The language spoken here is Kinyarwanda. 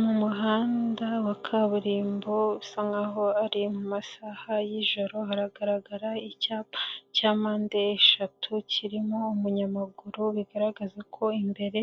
Mu muhanda wa kaburimbo usa nkaho ari mu masaha yijoro hagaragara icyapa cya mpande eshatu kirimo umunyamaguru bigaragaza ko imbere